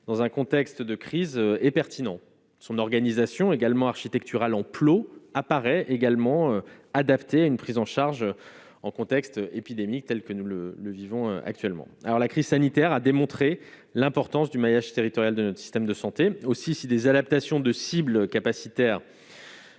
dans un contexte de crise et pertinent, son organisation également architectural emplo apparaît également adapté à une prise en charge en contexte épidémique telle que nous le le vivons actuellement alors la crise sanitaire a démontré l'importance du maillage territorial de notre système de santé aussi, si des adaptations de cibles capacitaires